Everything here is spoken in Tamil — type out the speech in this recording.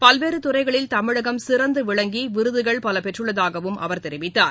பல்வேறுதுறைகளில் தமிழகம் சிறந்துவிளங்கிவிருதுகள் பலபெற்றுள்ளதாகவும் அவர் தெரிவித்தார்